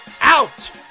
out